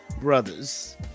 brothers